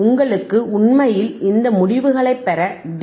உங்களுக்கு உண்மையில் இந்த முடிவுகளைப் பெற டி